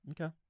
Okay